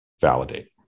validate